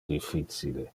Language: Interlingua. difficile